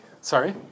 sorry